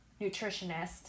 nutritionist